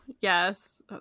yes